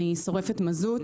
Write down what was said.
אני שורפת מזוט.